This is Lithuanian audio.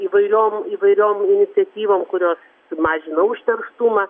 įvairiom įvairiom iniciatyvom kurios mažina užterštumą